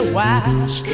wash